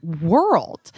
world